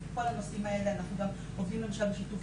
אז בכל הנושאים האלה אנחנו גם עובדים למשל בשיתוף